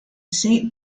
saint